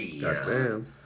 Goddamn